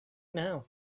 now